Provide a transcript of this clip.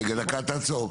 רגע דקה תעצור.